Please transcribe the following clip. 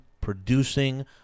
producing